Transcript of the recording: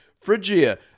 Phrygia